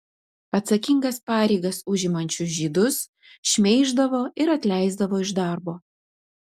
atsakingas pareigas užimančius žydus šmeiždavo ir atleisdavo iš darbo